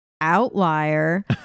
Outlier